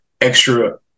extra